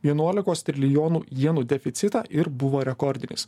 vienuolikos trilijonų jenų deficitą ir buvo rekordinis